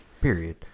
Period